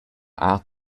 art